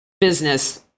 business